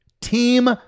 team